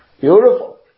Beautiful